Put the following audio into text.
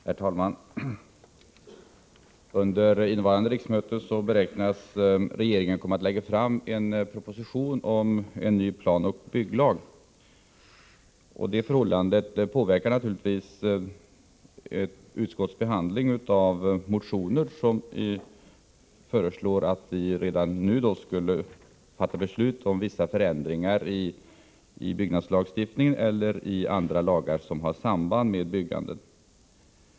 Herr talman! Under innevarande riksmöte beräknas regeringen komma att lägga fram en proposition om en ny planoch bygglag. Det förhållandet påverkar naturligtvis utskottets behandling av motioner som föreslår att vi redan nu skulle fatta beslut om vissa förändringar i byggnadslagstiftningen eller i andra lagar som har samband med byggande.